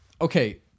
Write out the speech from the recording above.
Okay